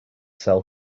sell